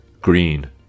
green